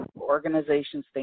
organizations